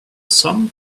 sum